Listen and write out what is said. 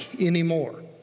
anymore